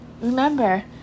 Remember